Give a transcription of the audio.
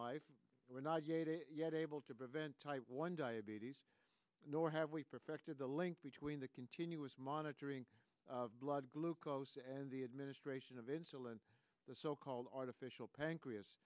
life we're not yet able to prevent type one diabetes nor perfected the link between the continuous monitoring of blood glucose and the administration of insulin the so called artificial pancreas